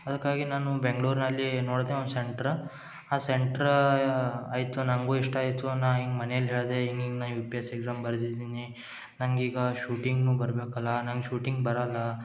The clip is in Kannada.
ಅದಕ್ಕಾಗಿ ನಾನು ಬೆಂಗ್ಳೂರ್ನಲ್ಲಿ ನೋಡ್ದೆ ಒಂದು ಸೆಂಟ್ರ ಆ ಸೆಂಟ್ರಾ ಆಯಿತು ನನಗೂ ಇಷ್ಟ ಆಯಿತು ನಾ ಹಿಂಗೆ ಮನೆಯಲ್ಲಿ ಹೇಳ್ದೆ ಹಿಂಗಿಂಗೆ ನಾ ಯು ಪಿ ಎಸ್ ಎಕ್ಸಾಮ್ ಬರ್ದಿದ್ದೀನಿ ನಂಗೆ ಈಗ ಶೂಟಿಂಗ್ನು ಬರ್ಬೇಕಲ್ಲ ನಂಗೆ ಶೂಟಿಂಗ್ ಬರಲ್ಲ